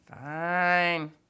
fine